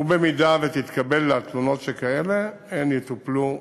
ובמידה שתתקבלנה תלונות שכאלה הן יטופלו כנדרש.